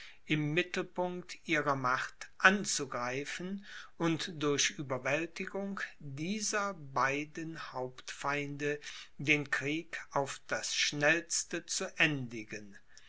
im mittelpunkt ihrer macht anzugreifen und durch ueberwältigung dieser beiden hauptfeinde den krieg auf das schnellste zu endigen